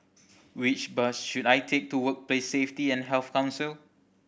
which bus should I take to Workplace Safety and Health Council